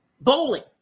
bowling